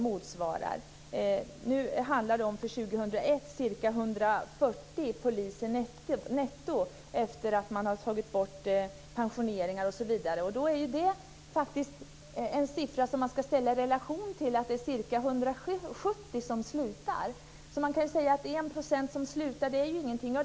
Det handlar för 2001 om ca 140 poliser netto, sedan man räknat bort pensioneringar osv. Detta antal ska man ställa i relation till att det är ca 170 som slutar. Man kan säga att det inte är någonting att bara 1 % slutar.